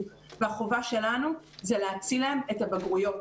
והחובה שלנו זה להציל להם את הבגרויות.